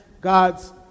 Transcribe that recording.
God's